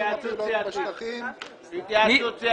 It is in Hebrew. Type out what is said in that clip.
אני יודע עכשיו בלי שום בעיה להוציא לך